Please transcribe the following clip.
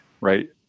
right